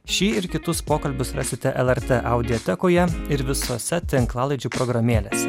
šį ir kitus pokalbius rasite lrt audiotekoje ir visose tinklalaidžių programėlėse